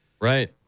Right